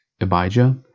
Abijah